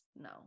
no